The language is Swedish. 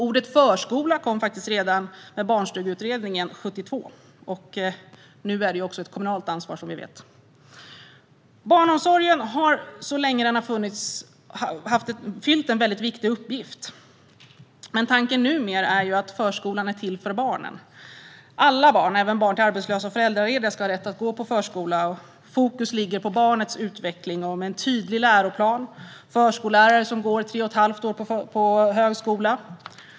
Ordet "förskola" kom faktiskt redan i samband med Barnstugeutredningens betänkanden 1972, och nu är detta som vi vet ett kommunalt ansvar. Barnomsorgen har så länge den har funnits fyllt en väldigt viktig uppgift, men tanken numera är att förskolan är till för barnen. Alla barn, även barn till arbetslösa och föräldralediga, ska ha rätt att gå på förskola, och fokus ligger på barnets utveckling. Det finns en tydlig läroplan, och förskollärarna går tre och ett halvt år på högskola.